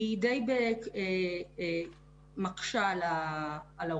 היא די מקשה על ההורים.